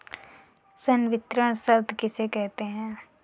संवितरण शर्त किसे कहते हैं?